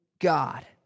God